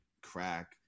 crack